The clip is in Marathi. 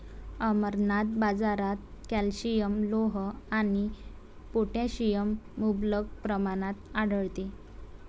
अमरनाथ, बाजारात कॅल्शियम, लोह आणि पोटॅशियम मुबलक प्रमाणात आढळते